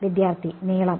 വിദ്യാർത്ഥി നീളം